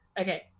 okay